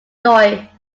joy